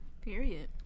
Period